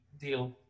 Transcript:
deal